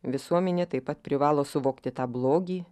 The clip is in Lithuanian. visuomenė taip pat privalo suvokti tą blogį